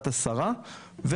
כסרא סמיע הם שני